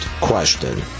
question